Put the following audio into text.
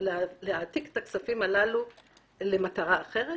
שמאפשר להעתיק כספים אלו לצורך מטרה אחרת,